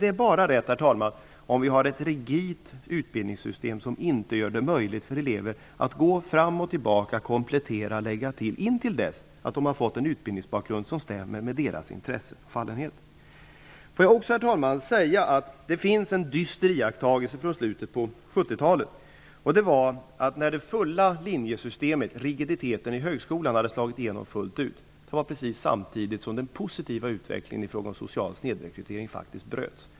Det är bara rätt om man har ett stelt utbildningssystem som inte gör det möjligt för elever att gå fram och tillbaka och komplettera och lägga till intill dess att de har fått en utbildningsbakgrund som stämmer med deras intressen och fallenhet. Herr talman! Det finns en dyster iakttagelse från slutet på 70-talet. Det fulla linjesystemet -- rigiditeten i högskolan -- slog igenom fullt ut samtidigt som den positiva utvecklingen i fråga om social snedrekrytering faktiskt bröts.